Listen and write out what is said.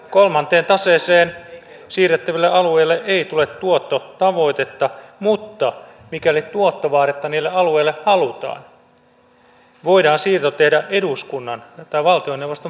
kolmanteen taseeseen siirrettäville alueille ei tule tuottotavoitetta mutta mikäli tuottovaadetta niille alueille halutaan voidaan siirto tehdä eduskunnan tai valtioneuvoston päätöksellä